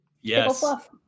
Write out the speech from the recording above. Yes